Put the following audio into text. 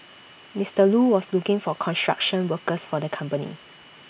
Mister Lu was looking for construction workers for the company